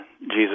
Jesus